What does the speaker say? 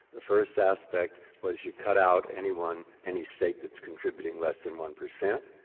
the first aspect was you cut out anyone, any state that's contributing less than one percent.